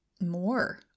more